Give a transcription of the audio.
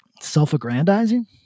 self-aggrandizing